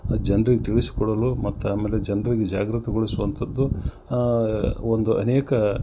ಆ ಜನ್ರಿಗೆ ತಿಳಿಸಿಕೊಡಲು ಮತ್ತೆ ಆಮೇಲೆ ಜನ್ರಿಗೆ ಜಾಗೃತಗೊಳಿಸುವಂಥದ್ದು ಒಂದು ಅನೇಕ